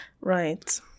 Right